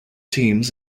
teams